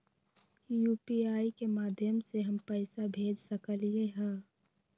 UPI के माध्यम से हम पैसा भेज सकलियै ह?